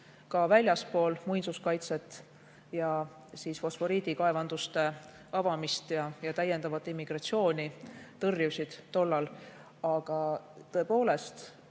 ka väljaspool muinsuskaitset ja fosforiidikaevanduste avamist ja täiendava immigratsiooni tõrjumist. Aga tõepoolest,